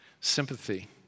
sympathy